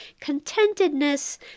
contentedness